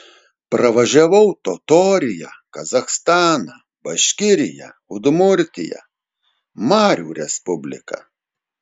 pravažiavau totoriją kazachstaną baškiriją udmurtiją marių respubliką